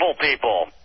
people